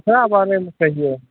केकरा बारेमे कहियै